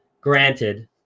Granted